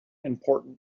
important